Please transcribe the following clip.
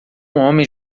homem